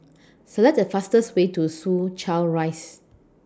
Select The fastest Way to Soo Chow Rise